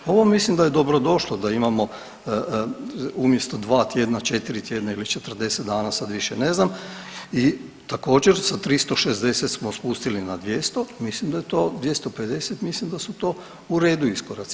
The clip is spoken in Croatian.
Ovo mislim da je dobrodošlo, da imamo umjesto 2 tjedna, 4 tjedna ili 40 dana, sad više ne znam, i također, sa 360 smo pustili na 200, mislim da je to, 250, mislim da su to u redu iskoraci.